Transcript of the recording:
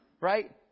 Right